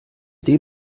dem